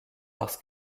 parce